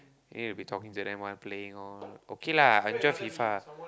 then you'll be talking to them while playing all okay lah I enjoy FIFA